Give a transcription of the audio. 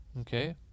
okay